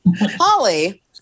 Holly